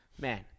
Man